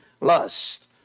lust